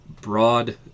broad